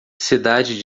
cidade